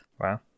Wow